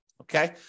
Okay